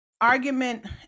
Argument